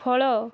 ଫଳ